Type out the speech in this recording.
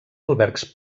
albergs